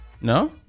No